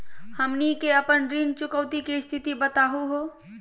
हमनी के अपन ऋण चुकौती के स्थिति बताहु हो?